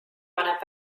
paneb